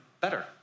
better